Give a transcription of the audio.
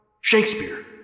Shakespeare